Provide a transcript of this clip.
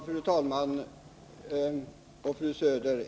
Fru talman!